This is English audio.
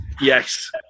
yes